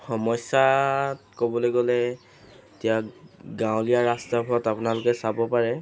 সমস্যাত ক'বলৈ গ'লে এতিয়া গাঁৱলীয়া ৰাস্তাবোৰত আপোনালোকে চাব পাৰে